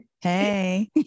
hey